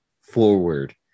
forward